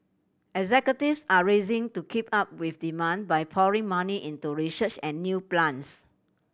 executives are racing to keep up with demand by pouring money into research and new plants